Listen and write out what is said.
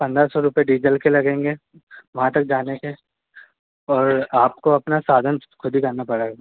पन्द्रह सौ रुपये डीजल के लगेंगे वहाँ तक जाने के और आपको अपना साधन खुद ही करना पड़ेगा